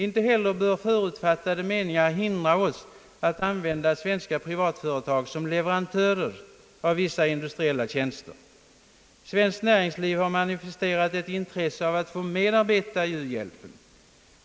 Inte heller bör förutfattade meningar hindra oss att använda svenska privatföretag som leverantörer av vissa industriella tjänster. Svenskt näringsliv har manifesterat ett intresse av att få medverka i u-hjälpen.